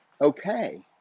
okay